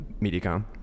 Mediacom